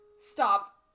stop